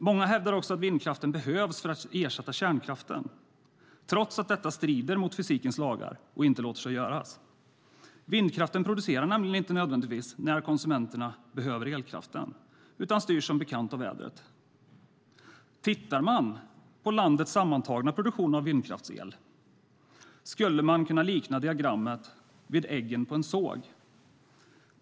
Många hävdar också att vindkraften behövs för att ersätta kärnkraften, trots att detta strider mot fysikens lagar och inte låter sig göras. Vindkraften producerar nämligen inte nödvändigtvis när konsumenterna behöver elkraften, utan styrs som bekant av vädret. Tittar man på landets sammantagna produktion av vindkraftsel skulle man kunna likna diagrammet vid eggen på en såg.